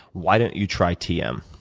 why don't you try tm?